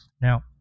Now